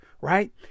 right